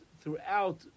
throughout